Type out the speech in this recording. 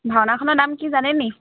ভাওনাখনৰ নাম কি জানে নি